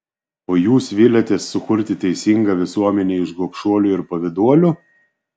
o jūs viliatės sukurti teisingą visuomenę iš gobšuolių ir pavyduolių